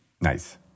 Nice